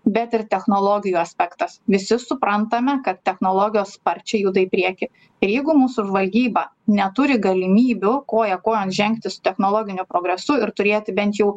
bet ir technologijų aspektas visi suprantame kad technologijos sparčiai juda į priekį ir jeigu mūsų žvalgyba neturi galimybių koja kojon žengti su technologiniu progresu ir turėti bent jau